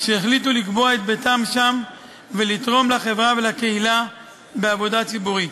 בעריהם שהחליטו לקבוע את ביתם שם ולתרום לחברה ולקהילה בעבודה ציבורית.